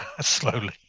Slowly